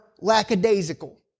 lackadaisical